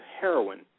heroin